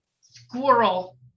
Squirrel